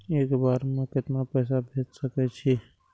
एक बार में केतना पैसा भेज सके छी?